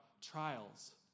trials